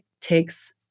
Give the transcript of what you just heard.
takes